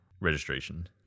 registration